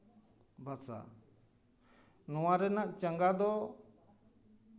ᱵᱷᱟᱥᱟ ᱱᱚᱣᱟ ᱨᱮᱱᱟᱜ ᱪᱟᱸᱜᱟ ᱫᱚ